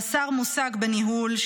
חסר מושג בניהול,